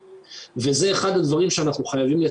לא נשאר להם הרבה מה לעשות.